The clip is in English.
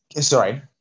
sorry